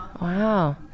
Wow